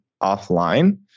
offline